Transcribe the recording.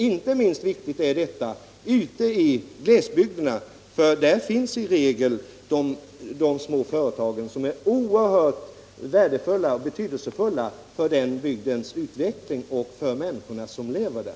Inte minst viktigt är detta ute i glesbygderna. Där finns i regel de små företagen, som är oerhört betydelsefulla för sin bygds utveckling och för de människor som lever där.